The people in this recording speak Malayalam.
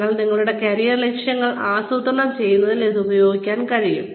പക്ഷേ നിങ്ങളുടെ കരിയർ ലക്ഷ്യങ്ങൾ ആസൂത്രണം ചെയ്യുന്നതിൽ ഇത് ഉപയോഗിക്കാൻ കഴിയും